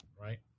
right